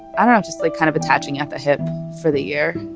i don't know, just like kind of attaching at the hip for the year.